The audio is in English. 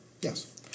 Yes